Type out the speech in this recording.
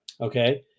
okay